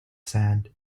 sand